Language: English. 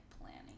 planning